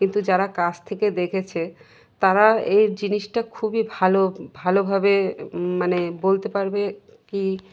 কিন্তু যারা কাছ থেকে দেখেছে তারা এই জিনিসটা খুবই ভালো ভালোভাবে মানে বলতে পারবে কি